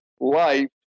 life